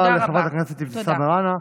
תודה רבה לחברת הכנסת אבתיסאם מראענה.